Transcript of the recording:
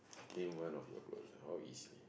name one of your how easy